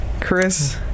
Chris